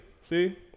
See